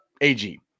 AG